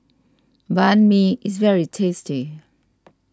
Banh Mi is very tasty